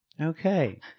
Okay